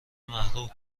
محروم